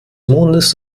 mondes